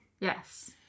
yes